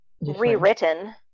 rewritten